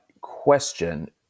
question